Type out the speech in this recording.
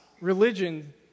religion